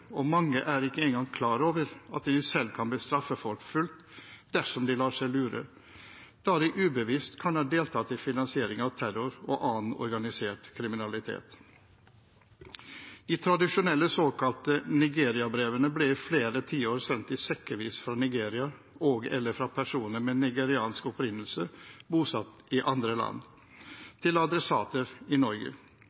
og mange er ikke engang klar over at de selv kan bli straffeforfulgt dersom de lar seg lure, da de ubevisst kan ha deltatt i finansiering av terror og annen organisert kriminalitet. De tradisjonelle såkalte Nigeria-brevene ble i flere tiår sendt i sekkevis fra Nigeria, og/eller fra personer med nigeriansk opprinnelse bosatt i andre land,